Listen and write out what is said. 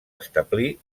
establir